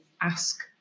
ask